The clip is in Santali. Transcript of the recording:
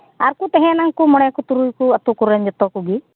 ᱟᱨᱠᱚ ᱛᱟᱦᱮᱸᱱᱟ ᱩᱱᱠᱩ ᱢᱚᱬᱮᱠᱚ ᱛᱩᱨᱩᱭᱠᱚ ᱟᱹᱛᱩ ᱠᱚᱨᱮᱱ ᱡᱚᱛᱚᱠᱚᱜᱮ